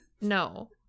No